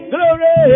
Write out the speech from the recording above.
Glory